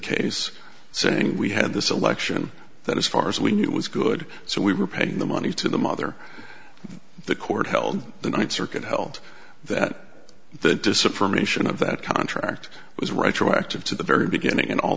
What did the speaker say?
case saying we had this election that as far as we knew it was good so we were paying the money to the mother the court held the ninth circuit held that the disapprobation of that contract was right to active to the very beginning and all